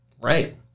Right